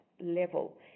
level